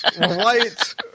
white